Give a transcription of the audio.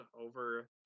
over